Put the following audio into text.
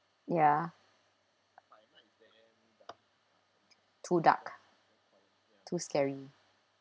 ya too dark too scary